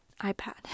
iPad